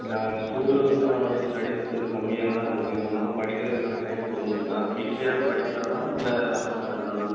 அப்படிங்களா ஸ்கூலில் வந்து அவனோடய ஸ்டடீஸ் கொஞ்சம் கம்மியாக தான் இருக்குது ரொம்ப படிக்கிறதுக்கான டைம் கொடுக்க மாட்டேகான் வீட்டிலயாவது படிக்கிறானா இல்லை அப்படி தான் இருக்கிறானா